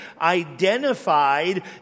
identified